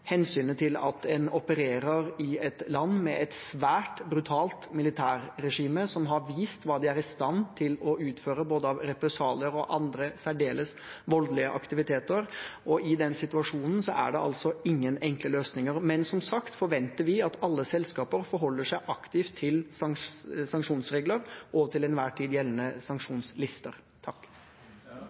hensynet til at man opererer i et land med et svært brutalt militærregime, som har vist hva de er i stand til å utføre, av både represalier og andre særdeles voldelige aktiviteter. I den situasjonen er det ingen enkle løsninger. Men vi forventer, som sagt, at alle selskaper forholder seg aktivt til sanksjonsregler og de til enhver tid gjeldende sanksjonslister.